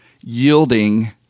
yielding